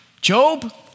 Job